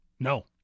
No